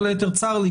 כל היתר צר לי,